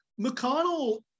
McConnell